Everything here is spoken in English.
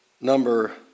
number